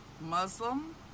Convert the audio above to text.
Muslim